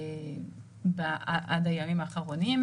עד הימים האחרונים,